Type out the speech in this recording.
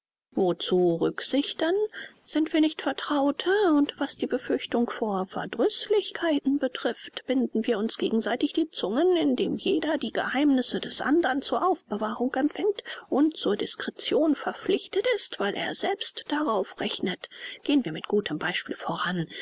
wozu rücksichten sind wir nicht vertraute und was die befürchtung vor verdrüßlichkeiten betrifft binden wir uns gegenseitig die zungen indem jeder die geheimnisse des andern zur aufbewahrung empfängt und zur discretion verpflichtet ist weil er selbst darauf rechnet gehen wir mit gutem beispiel voran